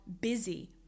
busy